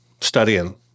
studying